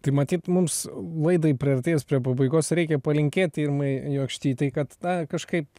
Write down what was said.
tai matyt mums laidai priartėjus prie pabaigos reikia palinkėti irmai jokštytei kad tą kažkaip